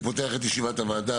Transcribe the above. אני פותח את ישיבת הוועדה,